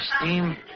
steam